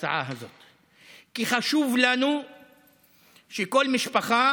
ההצעה הזאת, כי חשוב לנו שכל משפחה